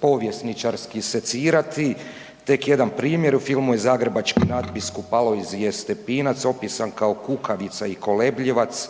povjesničarski secirati. Tek jedan primjer u filmu je zagrebački nadbiskup Alojzije Stepinac opisan kao kukavica i kolebljivac